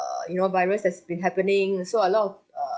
err you know virus has been happening so a lot of uh